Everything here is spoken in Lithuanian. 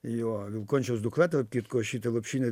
jo vilkončiaus dukra tarp kitko šitą lopšinę